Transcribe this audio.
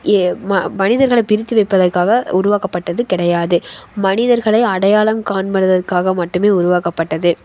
ஏ மா மனிதர்களை பிரித்து வைப்பதற்காக உருவாக்கப்பட்டது கிடையாது மனிதர்களை அடையாளம் காண்பதற்காக மட்டுமே உருவாக்கப்பட்டது